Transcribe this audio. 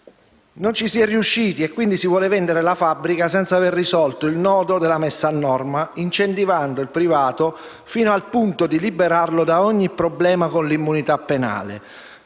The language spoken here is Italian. Non ci si è riusciti e, quindi, si vuole vendere la fabbrica senza aver risolto il nodo della messa a norma, incentivando il privato fino al punto di liberarlo da ogni problema con l'immunità penale,